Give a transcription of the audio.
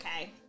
Okay